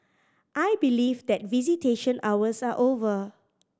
I believe that visitation hours are over